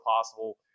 possible